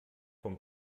vom